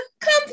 Come